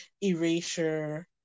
erasure